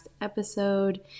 episode